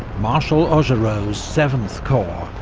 marshal augereau's seventh corps,